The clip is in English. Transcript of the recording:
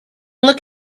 look